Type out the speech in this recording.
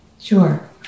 Sure